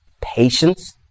patience